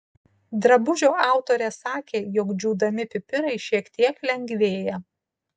drabužio autorės sakė jog džiūdami pipirai šiek tiek lengvėja